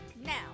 Now